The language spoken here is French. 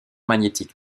magnétique